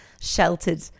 sheltered